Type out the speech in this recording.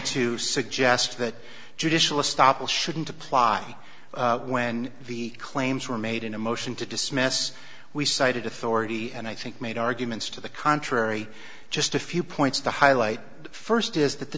to suggest that judicial stoppel shouldn't apply when the claims were made in a motion to dismiss we cited authority and i think made arguments to the contrary just a few points the highlight first is that the